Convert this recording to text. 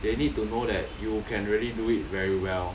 they need to know that you can really do it very well